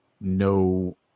no